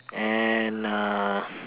and uh